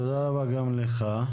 תודה רבה גם לך.